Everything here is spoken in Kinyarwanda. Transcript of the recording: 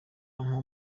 nko